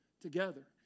together